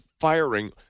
firing